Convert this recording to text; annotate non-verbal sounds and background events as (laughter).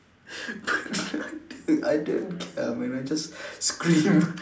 (laughs) I didn't I didn't care man I just screamed